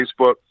Facebook